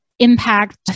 impact